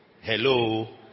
hello